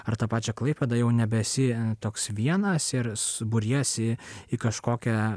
ar tą pačią klaipėdą jau nebesi toks vienas ir buriesi į kažkokią